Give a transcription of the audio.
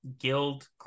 guild